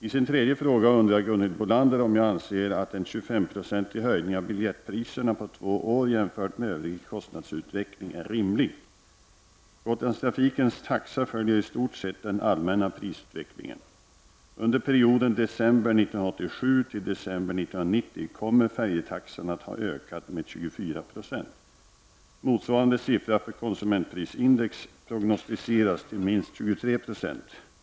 I sin tredje fråga undrar Gunhild Bolander om jag anser att en 25-procentig höjning av biljettpriserna på två år jämfört med övrig kostnadsutveckling är rimlig. Gotlandstrafikens taxa följer i stort sett den allmänna prisutvecklingen. Under perioden december 1987 till december 1990 kommer färjetaxan att ha ökat med 24 70. Motsvarande siffra för konsumentprisindex prognosticeras till minst 23 26.